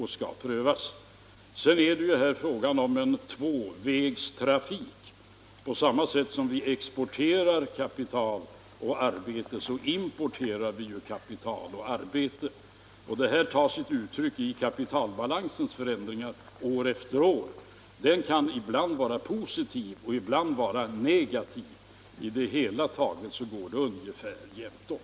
Här är det fråga om en tvåvägstrafik: vi exporterar kapital och arbete, och vi importerar också kapital och arbete. Detta tar sig uttryck i kapitalbalansens förändringar år efter år. Den kan ibland vara positiv och ibland negativ, men på det hela taget går det ungefär jämnt ut.